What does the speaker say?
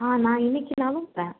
ஆ நான் இன்னைக்கினாலும் வரேன்